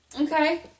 Okay